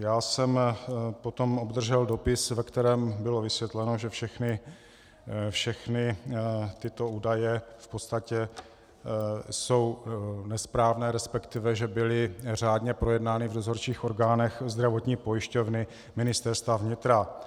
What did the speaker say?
Já jsem potom obdržel dopis, ve kterém bylo vysvětleno, že všechny tyto údaje v podstatě jsou nesprávné, respektive že byly řádně projednány v dozorčích orgánech Zdravotní pojišťovny Ministerstva vnitra.